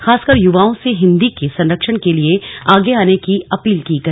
खासकर युवाओं से हिन्दी के संरक्षण के लिए आगे आने की अपील की गई